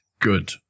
Good